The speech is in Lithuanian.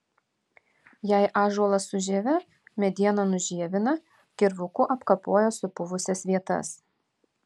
jei ąžuolas su žieve medieną nužievina kirvuku apkapoja supuvusias vietas